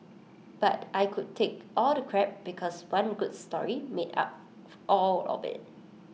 but I could take all the crap because one good story made up of all of IT